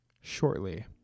shortly